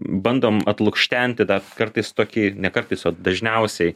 bandom atlukštenti dar kartais tokį ne kartais o dažniausiai